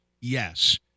yes